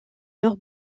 leurs